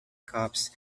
cups